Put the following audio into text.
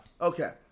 Okay